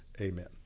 amen